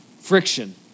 friction